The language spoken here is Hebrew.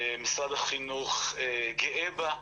משרד החינוך גאה בה.